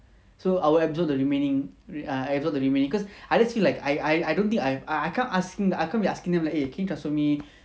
so I will absorb the remaining err I absorb the remaining cause I just feel like I I don't think I can't asking I can't be asking them eh can you transfer me